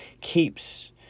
keeps